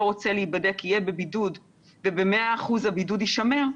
רוצה להיבדק יהיה בבידוד וב-100% הבידוד יישמר,